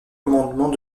commandement